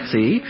See